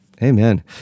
Amen